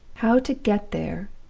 how to get there,